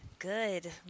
Good